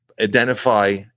identify